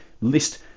list